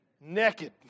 naked